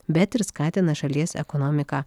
bet ir skatina šalies ekonomiką